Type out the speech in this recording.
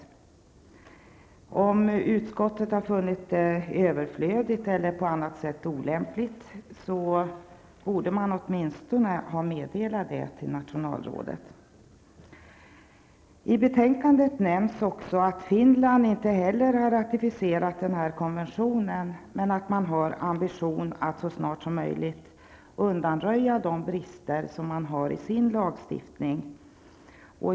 Om utskottet har funnit att detta är överflödigt eller på annat sätt olämpligt, så borde man åtminstone ha meddelat det till nationalrådet. I betänkandet nämns att Finland inte heller har ratificerat konventionen, men har ambitionen att så snart som möjligt undanröja de brister som man har i sin lagstiftning.